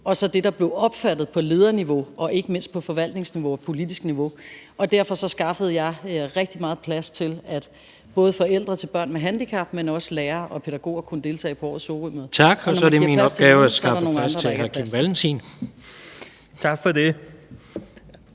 og så det, der blev opfattet på lederniveau og ikke mindst på forvaltningsniveau og politisk niveau. Derfor skaffede jeg rigtig meget plads til, at både forældre til børn med handicap og også lærere og pædagoger kunne deltage på årets Sorømøde – og når man giver plads til nogle, er der